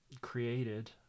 created